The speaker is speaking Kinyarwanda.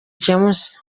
james